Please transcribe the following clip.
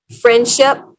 friendship